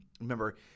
Remember